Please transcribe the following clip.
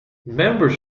members